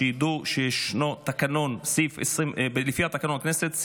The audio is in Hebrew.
שידעו שלפי תקנון הכנסת,